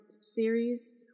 series